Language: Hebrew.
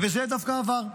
וזה דווקא עבר.